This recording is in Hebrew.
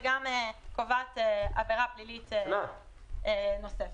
וגם קובעת עבירה פלילית נוספת.